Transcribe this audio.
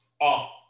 off